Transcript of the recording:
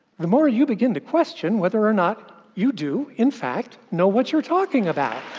the more you begin to question whether or not you do in fact know what you're talking about,